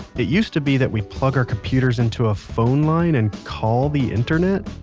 it used to be that we plug our computers into a phone line and call the internet?